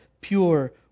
pure